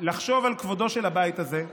לחשוב על כבודו של הבית הזה,